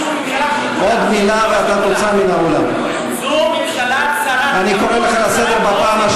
מסעוד גנאים, אני קורא אותך לסדר בפעם